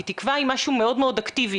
כי תקווה היא משהו מאוד אקטיבי,